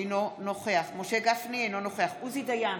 אינו נוכח משה גפני, אינו נוכח עוזי דיין,